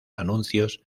anuncios